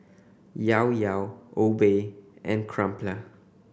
Llao Llao Obey and Crumpler